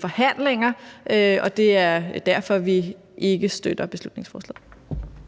forhandlinger, og det er derfor, vi ikke støtter beslutningsforslaget.